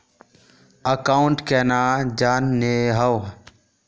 Account केना जाननेहव?